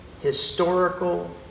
historical